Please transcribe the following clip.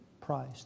price